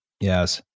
Yes